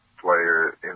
player